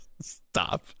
Stop